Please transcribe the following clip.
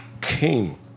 came